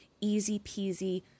easy-peasy